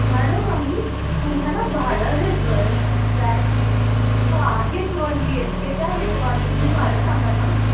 madam आम्ही तुम्हाला भाडं देतो आहे फ्लॅट तो आहेच वन बी एच के त्या हिशोबाने तुम्ही भाडं सांगा ना